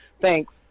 thanks